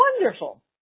wonderful